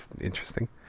interesting